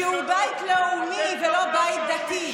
שהוא בית לאומי ולא בית דתי.